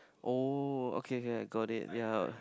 oh okay okay I got it yea